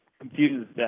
confused